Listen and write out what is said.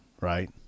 right